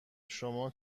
شما